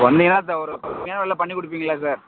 சொன்னீங்கன்னால் பண்ணி கொடுப்பீங்களா சார்